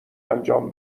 انجام